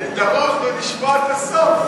אני דרוך לשמוע את הסוף.